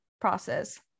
process